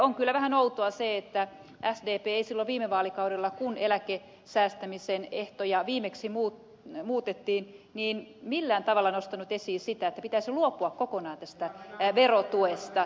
on kyllä vähän outoa se että sdp ei silloin viime vaalikaudella kun eläkesäästämisen ehtoja viimeksi muutettiin millään tavalla nostanut esiin sitä että pitäisi luopua kokonaan tästä verotuesta